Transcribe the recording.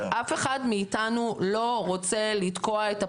אף אחד מאיתנו לא רוצה לתקוע את הפרויקט.